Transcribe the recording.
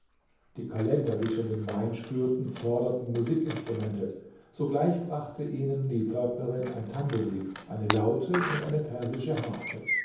die kalender die schon den wein spürten forderten musikinstrumente sogleich brachte ihnen die pförtnerin ein tamburin eine laute und eine persische harfe